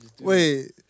Wait